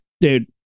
dude